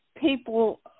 People